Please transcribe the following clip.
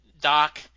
doc